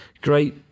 Great